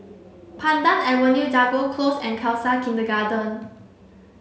Pandan Avenue Jago Close and Khalsa Kindergarten